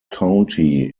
county